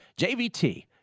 JVT